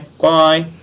Bye